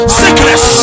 sickness